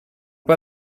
pas